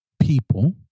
people